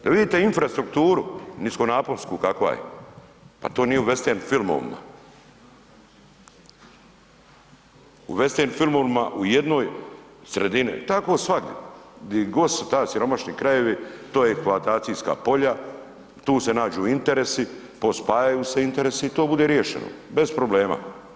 Da vidite infrastrukturu, niskonaponsku, kakva je, pa to nije u vestern filmovima, u vestern filmovima u jednoj sredini, tako svagdje, di kod su ti siromašni krajevi, to je eksploatacijska polja, tu se nađu interesi, pospajaju se interesi i to bude riješeno, bez problema.